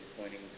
pointing